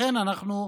לכן אנחנו,